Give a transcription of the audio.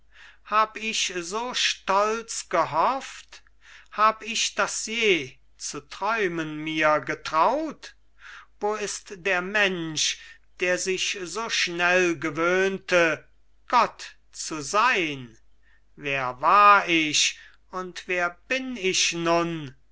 hab ich so stolz gehofft hab ich das je zu träumen mir getraut wo ist der mensch der sich so schnell gewöhnte gott zu sein wer war ich und wer bin ich nun